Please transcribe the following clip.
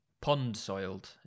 pond-soiled